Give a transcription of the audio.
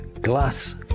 Glass